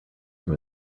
from